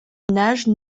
nage